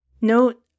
Note